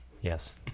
Yes